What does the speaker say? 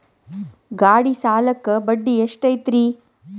ಗಾಡಿ ಸಾಲಕ್ಕ ಬಡ್ಡಿ ಎಷ್ಟೈತ್ರಿ?